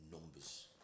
numbers